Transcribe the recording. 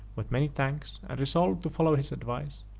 with many thanks, and resolved to follow his advice,